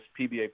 PBA